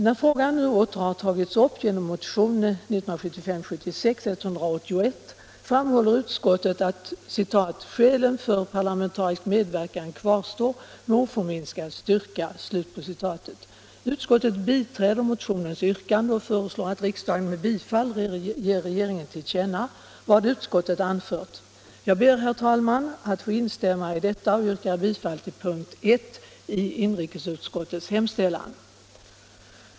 När frågan nu åter tagits upp genom motionen 1975/76: 181 framhåller utskottet att ”skälen för parlamentarisk medverkan kvarstår med oförminskad styrka”. Utskottet biträder motionens yrkande och föreslår att riksdagen ger regeringen till känna vad utskottet anfört. Jag ber, herr talman, att få instämma i detta och yrkar bifall till inrikesutskottets hemställan under punkten 1.